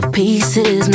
pieces